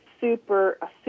super